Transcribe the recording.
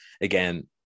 again